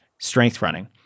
STRENGTHRUNNING